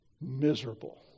miserable